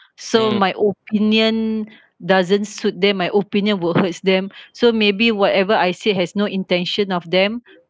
so my opinion doesn't suit them my opinion will hurt them so maybe whatever I say has no intention of them